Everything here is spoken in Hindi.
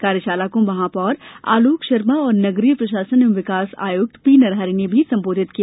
कार्यशाला को महापौर आलोक शर्मा और नगरीय प्रशासन एवं विकास आयुक्त पी नरहरी ने भी संबोधित किया